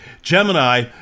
Gemini